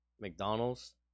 McDonald's